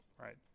right